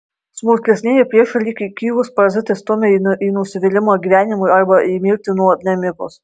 smulkesnieji priešai lyg įkyrūs parazitai stumią jį į nusivylimą gyvenimu arba į mirtį nuo nemigos